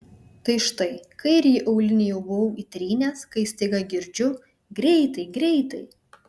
tai štai kairįjį aulinį jau buvau įtrynęs kai staiga girdžiu greitai greitai